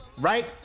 right